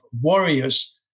warriors